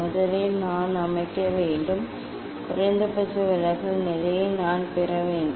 முதலில் நான் அமைக்க வேண்டும் குறைந்தபட்ச விலகல் நிலையை நான் பெற வேண்டும்